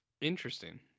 Interesting